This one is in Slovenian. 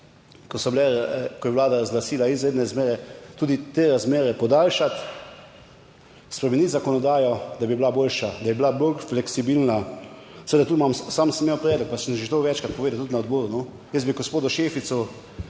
ko je Vlada razglasila izredne razmere, tudi te razmere podaljšati, spremeniti zakonodajo, da bi bila boljša, da bi bila bolj fleksibilna. Seveda tu imam, sam sem imel predlog, pa sem že večkrat povedal tudi na odboru, no, jaz bi gospodu Šeficu